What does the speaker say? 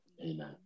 Amen